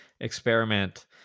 experiment